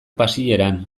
pasieran